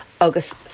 August